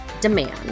demand